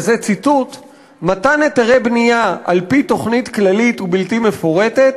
וזה ציטוט: "מתן היתרי בנייה על-פי תוכנית כללית ובלתי מפורטת